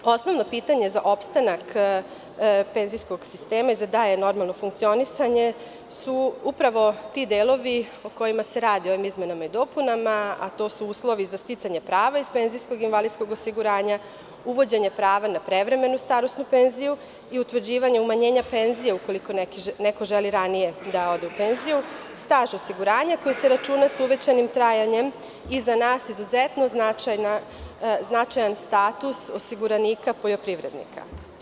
Osnovno pitanje za opstanak penzijskog sistema, za dalje normalno funkcionisanje su upravo ti delovi o kojima se radi u ovim izmenama i dopunama, a to su uslovi sticanje prava iz penzijsko-invalidskog osiguranja, uvođenje prava na prevremenu starosnu penziju i traženje uvođenja umanjenja penzija ukoliko neko želi ranije da ode u penziju, staž osiguranja koji se računa sa uvećanim trajanjem i za nas izuzetno značajan status osiguranika poljoprivrednika.